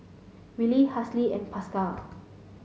Willy Halsey and Pascal